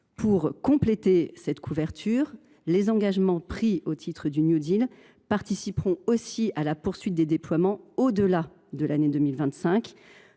Pour compléter cette couverture, les engagements pris au titre du New Deal participeront à la poursuite des déploiements au delà de l’année 2025,